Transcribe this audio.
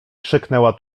krzyknęła